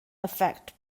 affect